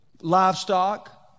livestock